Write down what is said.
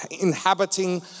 inhabiting